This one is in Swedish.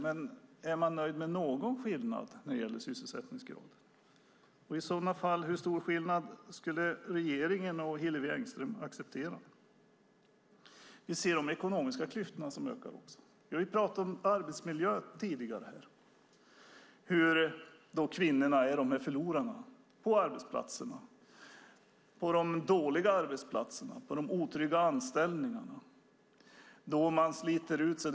Men är man nöjd med någon skillnad när det gäller sysselsättningsgrad? I så fall undrar jag: Hur stor skillnad skulle regeringen och Hillevi Engström acceptera? Vi ser de ekonomiska klyftorna, som också ökar. Vi har pratat om arbetsmiljö tidigare. Kvinnorna är förlorarna på arbetsplatserna, på de dåliga arbetsplatserna och med de otrygga anställningarna. De sliter ut sig.